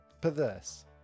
Perverse